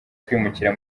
kwimukira